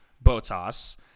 Botas